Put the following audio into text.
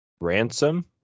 ransom